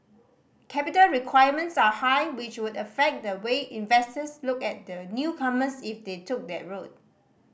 capital requirements are high which would affect the way investors looked at the newcomers if they took that route